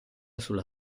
sulla